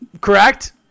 Correct